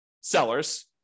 sellers